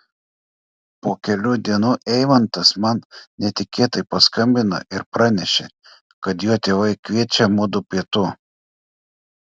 po kelių dienų eimantas man netikėtai paskambino ir pranešė kad jo tėvai kviečia mudu pietų